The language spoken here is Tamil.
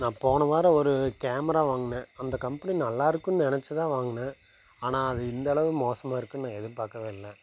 நான் போன வாரம் ஒரு கேமரா வாங்கினேன் அந்த கம்பெனி நல்லா இருக்கும்னு நினச்சி தான் வாங்கினேன் ஆனால் அது இந்தளவு மோசமாக இருக்கும்னு நான் எதிர்பார்க்கவே இல்லை